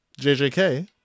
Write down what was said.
JJK